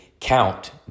count